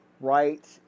right